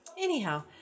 anyhow